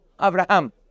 Abraham